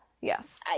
yes